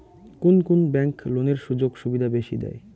কুন কুন ব্যাংক লোনের সুযোগ সুবিধা বেশি দেয়?